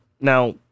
Now